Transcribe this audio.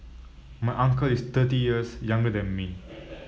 my uncle is thirty years younger than me